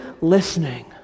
listening